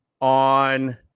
on